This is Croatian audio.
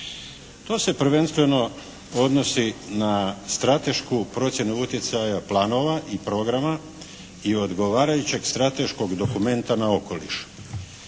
To se prvenstveno odnosi na stratešku procjenu utjecaja planova i programa i odgovarajućeg strateškog dokumenta na okoliš.